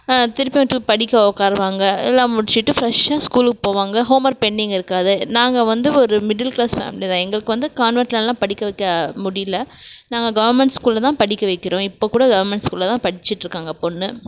திருப்பியும் டூ படிக்க உக்காருவாங்க இதெலாம் முடிச்சுட்டு ஃப்ரெஷ்ஷாக ஸ்கூலுக்கு போவாங்க ஹோம் ஒர்க் பெண்டிங் இருக்காது நாங்கள் வந்து ஒரு மிடில் கிளாஸ் ஃபேம்லி தான் எங்களுக்கு வந்து கான்வென்ட்லெலாம் படிக்க வைக்க முடியல நாங்கள் கவர்மெண்ட் ஸ்கூலில் தான் படிக்க வைக்கிறோம் இப்போ கூட கவர்மெண்ட் ஸ்கூலில் தான் படிச்சுட்ருக்காங்க பொண்ணு